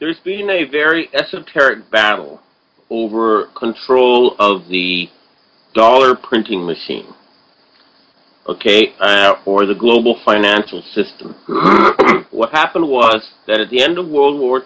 re's been a very esoteric battle over control of the dollar printing machine ok for the global financial system what happened was that at the end of world war